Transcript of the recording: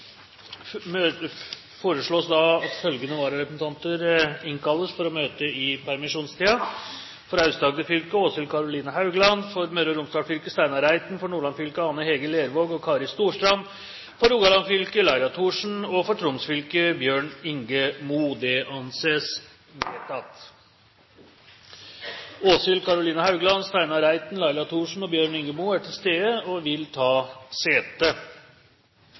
Følgende vararepresentanter innkalles for å møte i permisjonstiden: For Aust-Agder fylke: Åshild Karoline HauglandFor Møre og Romsdal fylke: Steinar ReitenFor Nordland fylke: Ann-Hege Lervåg og Kari StorstrandFor Rogaland fylke: Laila ThorsenFor Troms fylke: Bjørn Inge Mo Åshild Karoline Haugland, Steinar Reiten, Laila Thorsen og Bjørn Inge Mo er til stede og vil ta sete.